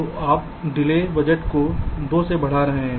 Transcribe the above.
तो आप delay budget को 2 से बढ़ा रहे हैं